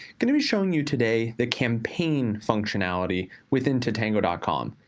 gonna be showing you today the campaign functionality within tatango ah com.